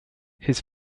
his